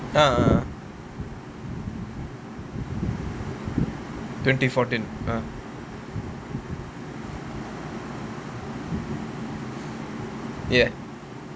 uh uh twenty fourteen uh ya